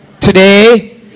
today